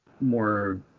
more